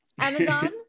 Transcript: Amazon